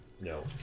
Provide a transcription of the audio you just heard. No